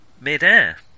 mid-air